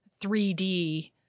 3D